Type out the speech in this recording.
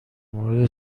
مورد